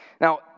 Now